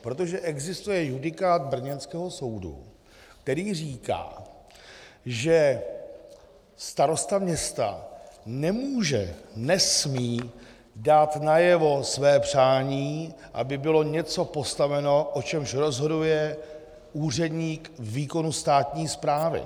Protože existuje judikát brněnského soudu, který říká, že starosta města nemůže, nesmí dát najevo své přání, aby bylo něco postaveno, o čemž rozhoduje úředník výkonu státní správy.